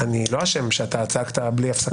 אני לא אשם שצעקת בלי הפסקה.